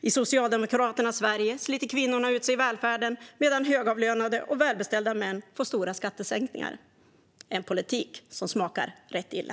I Socialdemokraternas Sverige sliter kvinnorna ut sig i välfärden, medan högavlönade och välbeställda män får stora skattesänkningar. Det är en politik som smakar rätt illa.